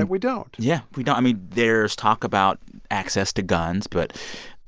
and we don't yeah. we don't. i mean, there's talk about access to guns. but